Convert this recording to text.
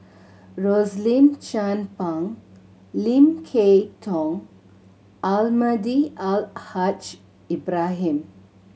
Rosaline Chan Pang Lim Kay Tong Almahdi Al Haj Ibrahim